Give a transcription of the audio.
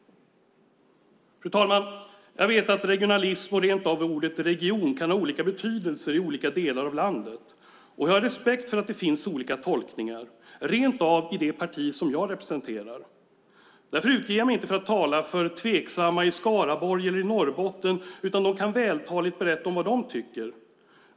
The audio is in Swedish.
Fru talman! Jag vet att regionalism och rent av ordet region kan ha olika betydelser i olika delar av landet. Och jag har respekt för att det finns olika tolkningar - rent av i det parti som jag representerar. Jag utger mig inte för att tala för tveksamma i Skaraborg eller i Norrbotten, utan de kan vältaligt berätta om vad de tycker.